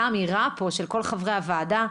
האמירה פה של כל חברי הוועדה.